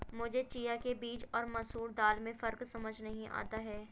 मुझे चिया के बीज और मसूर दाल में फ़र्क समझ नही आता है